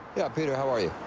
yeah, peter. how are you?